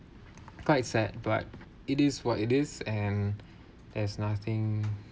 quite sad but it is what it is and there's nothing